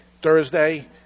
Thursday